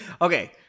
Okay